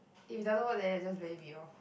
if it doesn't work then I just let it be orh